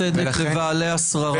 הצדק לבעלי השררה.